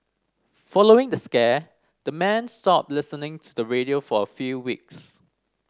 following the scare the men stopped listening to the radio for a few weeks